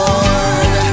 Lord